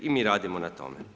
I mi radimo na tome.